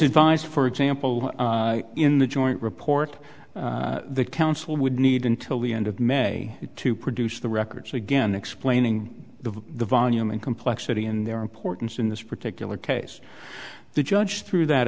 advice for example in the joint report the council would need until the end of may to produce the records again explaining the the volume and complexity in their importance in this particular case the judge threw that